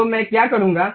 तो मैं क्या करूंगा